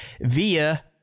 via